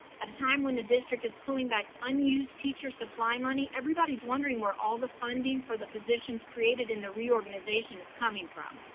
at a time when the district is pulling back unused teacher supply money, everybody's wondering where all the funding for the positions created in the reorganization is coming from.